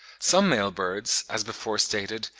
some male birds, as before stated,